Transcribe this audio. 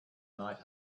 night